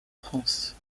france